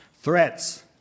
Threats